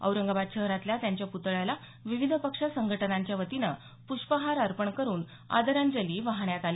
औरंगाबाद शहरातल्या त्यांच्या पुतळ्याला विविध पक्ष संघटनांच्या वतीनं प्रष्पहार अर्पण करून आदरांजली वाहण्यात आली